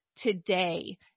today